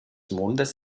mondes